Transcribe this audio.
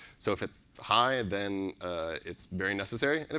so if it's high, then it's very necessary. and